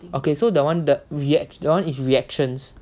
okay so that one the that one is reactions